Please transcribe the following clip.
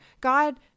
God